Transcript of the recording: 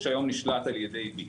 שהיום נשלט על-ידי "ביט".